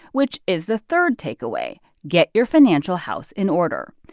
which is the third takeaway get your financial house in order.